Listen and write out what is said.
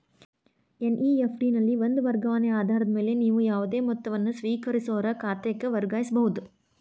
NEFT ನಲ್ಲಿ ಒಂದ ವರ್ಗಾವಣೆ ಆಧಾರದ ಮ್ಯಾಲೆ ನೇವು ಯಾವುದೇ ಮೊತ್ತವನ್ನ ಸ್ವೇಕರಿಸೋರ್ ಖಾತಾಕ್ಕ ವರ್ಗಾಯಿಸಬಹುದ್